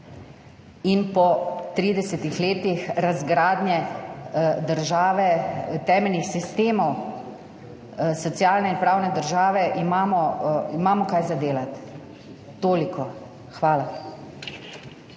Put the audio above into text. in po 30. letih razgradnje države, temeljnih sistemov socialne in pravne države imamo kaj za delati. Toliko. Hvala.